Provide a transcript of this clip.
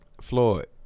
Floyd